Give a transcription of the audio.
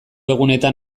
egunetan